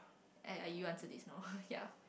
eh you answer this no ya